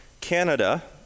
Canada